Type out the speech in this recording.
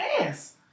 ass